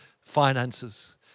finances